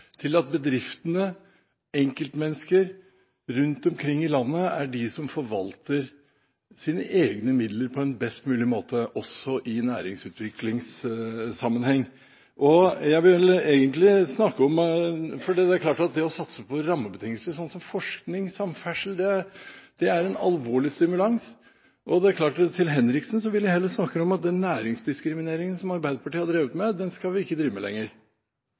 til at bedriftene og enkeltmennesker rundt omkring i landet er de som forvalter sine egne midler på en best mulig måte også i næringsutviklingssammenheng. Det er klart at det å satse på rammebetingelser, som forskning og samferdsel, er en alvorlig stimulans. Til Henriksen vil jeg heller snakke om at den næringsdiskrimineringen som Arbeiderpartiet har drevet med, den skal vi ikke drive med lenger.